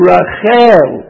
Rachel